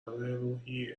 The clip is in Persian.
روحی